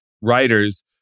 writers